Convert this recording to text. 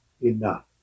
enough